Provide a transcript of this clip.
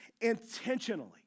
intentionally